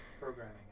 programming